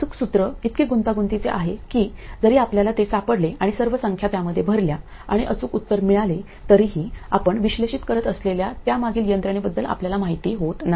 अचूक सूत्र इतके गुंतागुंतीचे आहे की जरी आपल्याला ते सापडले आणि सर्व संख्या त्यामध्ये भरल्या आणि अचूक उत्तर मिळाले तरीही आपण विश्लेषित करीत असलेल्या त्यामागील यंत्रणेबद्दल आपल्याला माहिती होत नाही